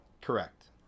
Correct